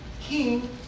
king